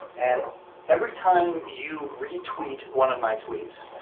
and every time you retweet one of my tweets,